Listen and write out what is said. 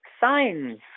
signs